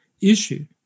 issue